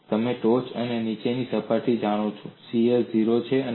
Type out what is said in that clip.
તમે ટોચ અને નીચેની સપાટી જાણો છો શીયર 0 છે